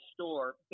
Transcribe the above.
store